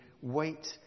wait